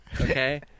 Okay